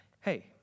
hey